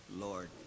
Lord